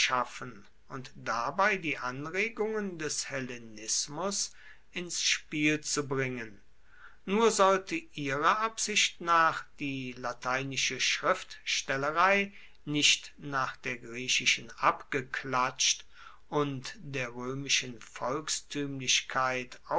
und dabei die anregungen des hellenismus ins spiel zu bringen nur sollte ihrer absicht nach die lateinische schriftstellerei nicht nach der griechischen abgeklatscht und der roemischen